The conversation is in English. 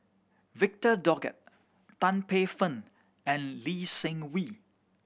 Victor Doggett Tan Paey Fern and Lee Seng Wee